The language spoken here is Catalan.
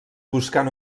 buscant